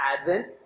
Advent